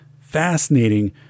fascinating